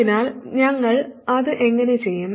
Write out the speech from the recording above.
അതിനാൽ ഞങ്ങൾ അത് എങ്ങനെ ചെയ്യും